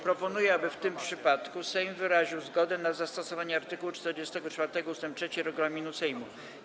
Proponuję, aby w tym przypadku Sejm wyraził zgodę na zastosowanie art. 44 ust. 3 regulaminu Sejmu.